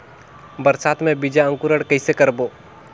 बरसात मे बीजा अंकुरण कइसे करबो?